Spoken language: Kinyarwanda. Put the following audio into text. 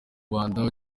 rwanda